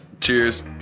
cheers